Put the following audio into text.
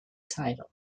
title